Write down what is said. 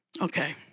Okay